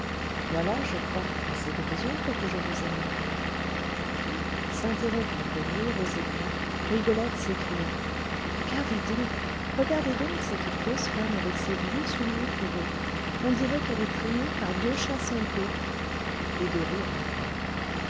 voilà je crois assez de raisons pour que je vous aime puis s'interrompant pour rire aux éclats rigolette s'écria regardez donc regardez donc cette grosse femme avec ses vieux souliers fourrés on dirait qu'elle est traînée par deux chats sans queue et de rire encore